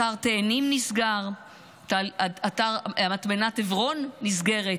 אתר תאנים נסגר, מטמנת עברון נסגרת,